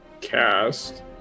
Cast